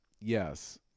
Yes